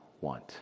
want